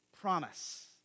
promise